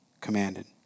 commanded